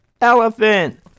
elephant